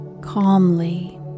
calmly